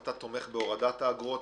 אתה תומך בהורדת האגרות?